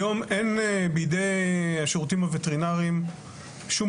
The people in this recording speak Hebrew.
היום אין בידי השירותים הווטרינריים שום